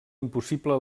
impossible